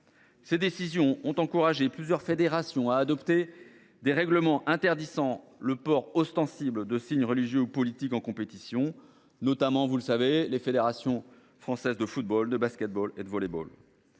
Ces décisions ont encouragé plusieurs fédérations à adopter des règlements interdisant le port ostensible de signes religieux ou politiques en compétition, notamment les fédérations françaises de football, de basketball et de volleyball.